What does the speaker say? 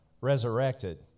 resurrected